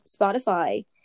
Spotify